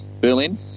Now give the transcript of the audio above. Berlin